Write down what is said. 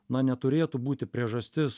na neturėtų būti priežastis